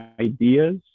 ideas